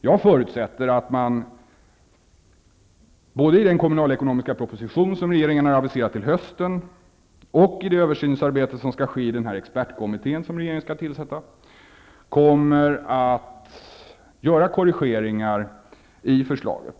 Jag förutsätter att man både i den kommunalekonomiska proposition som regeringen aviserat till hösten, och i det översynsarbete som skall bedrivas vid den särskilda expertkommitté som regeringen avser att tillsätta, kommer att genomföra korrigeringar av förslaget.